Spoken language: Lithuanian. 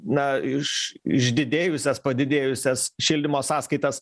na iš išdidėjusias padidėjusias šildymo sąskaitas